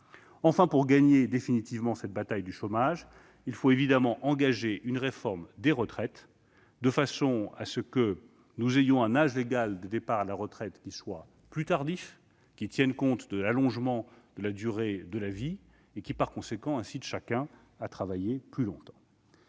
Enfin, pour gagner définitivement cette bataille du chômage, il faut évidemment engager une réforme des retraites, de sorte que nous ayons un âge légal de départ à la retraite plus tardif pour tenir compte de l'allongement de la durée de la vie, chacun étant incité à travailler plus longtemps.